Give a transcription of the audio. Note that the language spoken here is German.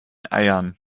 eiern